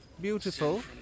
beautiful